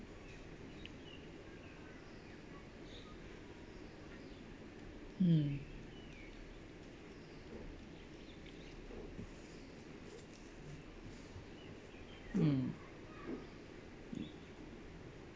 mm mm